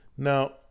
Now